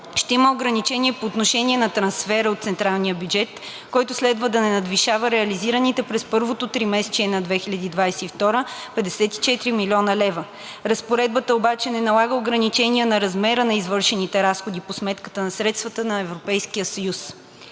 ще има ограничение по отношение на трансфера от централния бюджет, който следва да не надвишава реализираните през първото тримесечие на 2022 г. 54 млн. лв. Разпоредбата обаче не налага ограничения на размера на извършените разходи по сметката за средства от Европейския съюз.